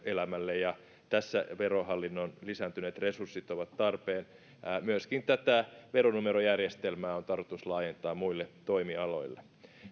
elämälle ja tässä verohallinnon lisääntyneet resurssit ovat tarpeen myöskin tätä veronumerojärjestelmää on tarkoitus laajentaa muille toimialoille